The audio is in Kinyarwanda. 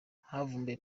havumbuwe